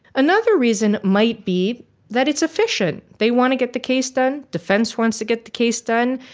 another reason might be that it's efficient. they want to get the case done. defense wants to get the case done.